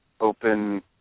open